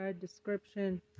Description